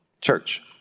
Church